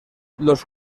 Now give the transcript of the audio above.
los